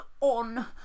on